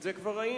את זה כבר ראינו.